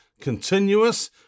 continuous